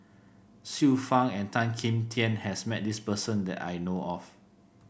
Xiu Fang and Tan Kim Tian has met this person that I know of